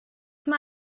mae